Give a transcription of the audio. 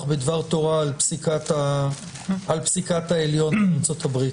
בדבר תורה על פסיקת העליון בארצות הברית.